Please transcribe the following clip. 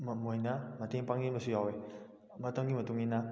ꯃꯣꯏꯅ ꯃꯇꯦꯡ ꯄꯥꯡꯕꯤꯕꯁꯨ ꯌꯥꯎꯋꯦ ꯃꯇꯝꯒꯤ ꯃꯇꯨꯡ ꯏꯟꯅ